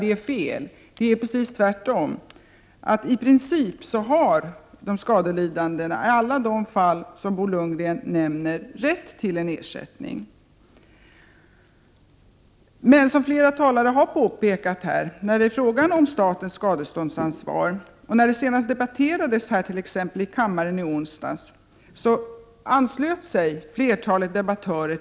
Det förhåller sig precis tvärtom. I princip har de skadelidande i alla de fall Bo Lundgren nämner rätt till ersättning. Men i fråga om statens skadeståndsansvar har flera talare påpekat att det är nödvändigt med vissa begränsningar i det allmänna skadeståndsansvaret.